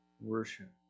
worship